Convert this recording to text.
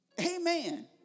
Amen